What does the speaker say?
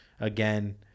again